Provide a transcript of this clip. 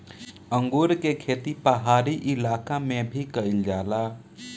अंगूर के खेती पहाड़ी इलाका में भी कईल जाला